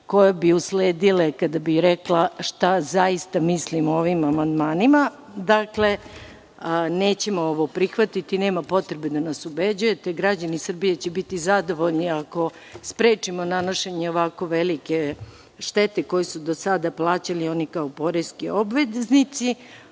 koje bi usledile kada bih rekla šta zaista mislim o ovim amandmanima, dakle, nećemo ovo prihvatiti. Nema potrebe da nas ubeđujete. Građani Srbije će biti zadovoljni ako sprečimo nanošenje ovako velike štete koju su do sada plaćali oni kao poreski obveznici. Da